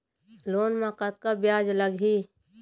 Loan म कतका ब्याज लगही?